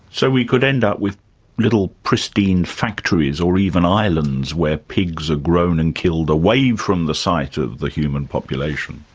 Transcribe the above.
so we could end up with little pristine factories, or even islands where pigs are grown and killed away from the sight of the human population.